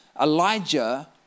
Elijah